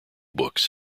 books